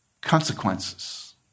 consequences